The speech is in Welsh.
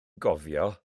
gofio